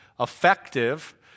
Effective